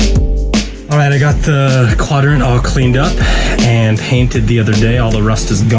um and got the quadrant all cleaned up and painted the other day. all the rust is gone.